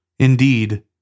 Indeed